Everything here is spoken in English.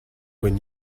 when